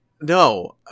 No